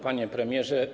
Panie Premierze!